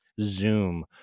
Zoom